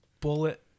bullet